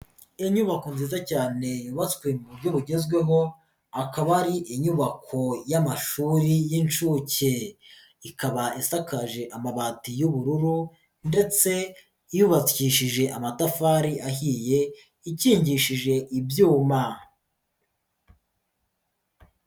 Inyubako nziza cyane yubatswe mu buryo bugezweho akaba ari inyubako y'amashuri y'inshuke, ikaba isakaje amabati y'ubururu ndetse yubakishije amatafari ahiye ikingishije ibyuma.